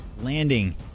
Landing